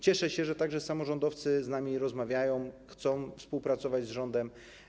Cieszę się, że także samorządowcy z nami rozmawiają, chcą współpracować z rządem.